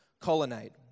Colonnade